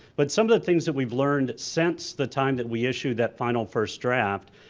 but some of the things that we've learned since the time that we issued that final first draft,